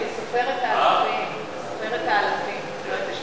אתה סופר את האלפים, לא את השגיאות.